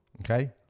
Okay